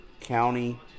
County